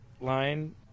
line